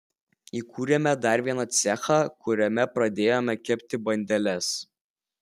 įkūrėme dar vieną cechą kuriame pradėjome kepti bandeles